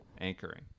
anchoring